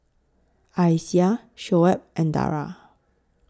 Aisyah Shoaib and Dara